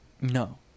No